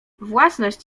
własność